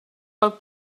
pel